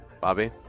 Bobby